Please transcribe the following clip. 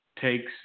takes